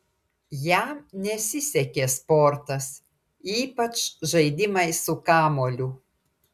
jam nesisekė sportas ypač žaidimai su kamuoliu